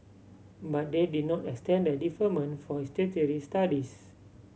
but they did not extend the deferment for his tertiary studies